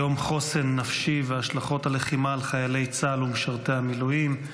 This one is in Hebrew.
יום חוסן נפשי והשלכות הלחימה על חיילי צה"ל ומשרתי המילואים,